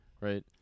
Right